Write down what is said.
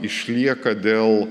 išlieka dėl